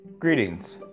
Greetings